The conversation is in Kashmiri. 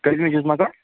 کٔژمہِ چھُس مگر